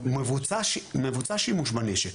מבוצע שימוש בנשק,